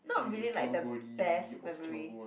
not really like the best memory